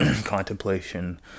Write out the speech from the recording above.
contemplation